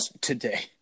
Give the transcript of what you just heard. Today